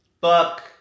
Fuck